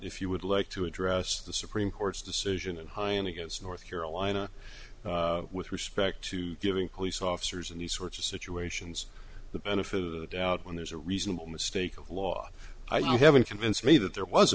if you would like to address the supreme court's decision in hyun against north carolina with respect to giving police officers in these sorts of situations the benefit of the doubt when there's a reasonable mistake of law i haven't convinced me that there was a